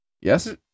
Yes